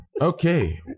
okay